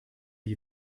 die